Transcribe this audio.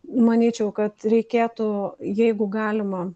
manyčiau kad reikėtų jeigu galima